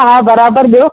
हा बराबरि ॿियो